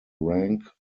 rank